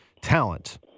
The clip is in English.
talent